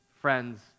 friends